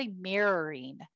mirroring